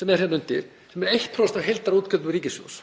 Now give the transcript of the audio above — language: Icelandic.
sem er hér undir sem er 1% af heildarútgjöldum ríkissjóðs.